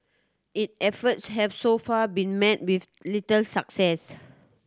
it efforts have so far been met with little success